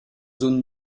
zones